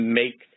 make